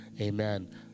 Amen